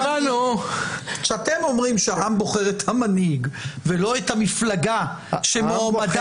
כשאתם אומרים שהעם בוחר את המנהיג ולא את המפלגה שהמועמד